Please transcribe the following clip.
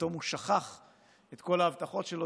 פתאום הוא שכח את כל ההבטחות שלו,